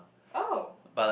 oh